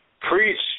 preach